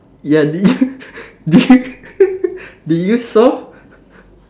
ya did you did you did you saw